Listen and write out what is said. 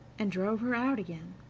and drove her out again.